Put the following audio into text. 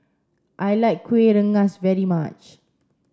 I like Kuih Rengas very much